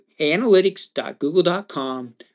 analytics.google.com